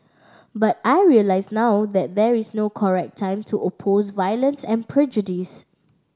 but I realise now that there is no correct time to oppose violence and prejudice